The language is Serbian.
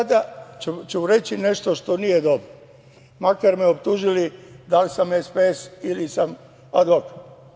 Sada ću reći nešto što nije dobro, makar me optužili da li sam SPS ili sam advokat.